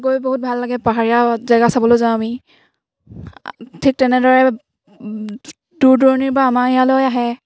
গৈ বহুত ভাল লাগে পাহাৰীয়া জেগা চাবলৈ যাওঁ আমি ঠিক তেনেদৰে দূৰ দূৰণিৰ পৰা আমাৰ ইয়ালৈ আহে